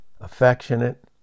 affectionate